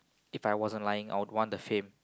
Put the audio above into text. If I wasn't lying I would want the fame